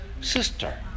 sister